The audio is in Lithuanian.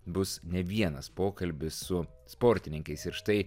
bus ne vienas pokalbis su sportininkais ir štai